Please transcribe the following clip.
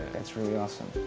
that's really awesome.